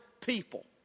people